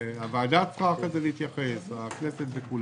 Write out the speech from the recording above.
הוועדה צריכה אחרי זה להתייחס, הכנסת וכולם.